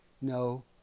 No